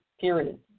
period